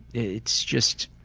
it's just,